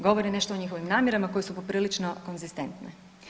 Govori nešto o njihovim namjerama koje su poprilično konzistentne.